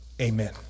amen